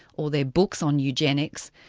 or their books on eugenics,